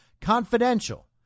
confidential